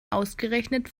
ausgerechnet